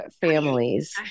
families